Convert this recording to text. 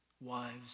wives